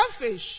selfish